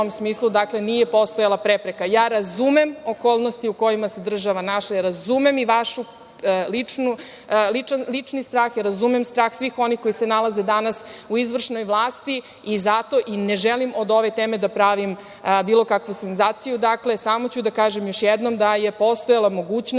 u tom smislu nije postojala prepreka. Razumem okolnosti u kojima se održava i razumem vaš ličan strah i razumem strah svih onih koji se nalaze danas u izvršnoj vlasti i zato ne želim od ove teme da pravim bilo kakvu senzaciju. Dakle, samo ću da kažem još jednom da je postojala mogućnost